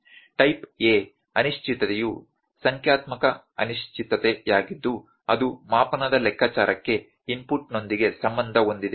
type A ಅನಿಶ್ಚಿತತೆಯು ಸಂಖ್ಯಾತ್ಮಕ ಅನಿಶ್ಚಿತತೆಯಾಗಿದ್ದು ಅದು ಮಾಪನದ ಲೆಕ್ಕಾಚಾರಕ್ಕೆ ಇನ್ಪುಟ್ ನೊಂದಿಗೆ ಸಂಬಂಧ ಹೊಂದಿದೆ